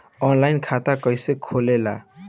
Online खाता कइसे खुलेला?